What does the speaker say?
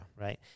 right